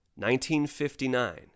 1959